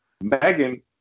Megan